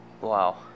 Wow